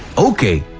okay,